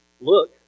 Look